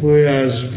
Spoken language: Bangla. হয়ে আসবে